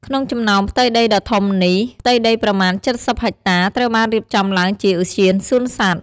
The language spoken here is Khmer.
ក្នុងចំណោមផ្ទៃដីដ៏ធំនេះ ផ្ទៃដីប្រមាណ ៧០ ហិកតា ត្រូវបានរៀបចំឡើងជាឧទ្យានសួនសត្វ។